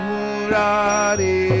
Murari